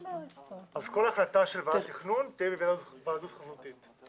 אז כל החלטה של ועדת תכנון תהיה בהיוועדות חזותית.